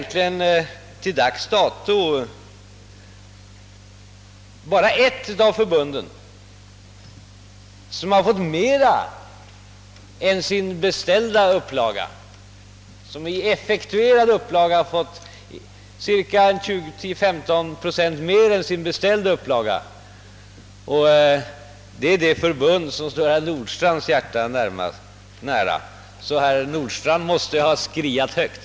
Till dags dato har egentligen bara ett av förbunden fått mera än sin beställda upplaga. Det är det förbund som står herr Nordstrandhs hjärta nära. Herr Nordstrandh måste sålunda ha skriat högt.